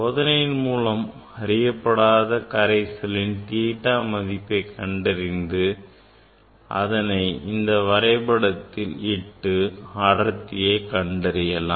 சோதனையின் மூலம் அறியப்படாத கரைசலின் theta மதிப்பை கண்டறிந்து அதனை இந்த வரைபடத்தில் இட்டு அடர்த்தியை கண்டறியலாம்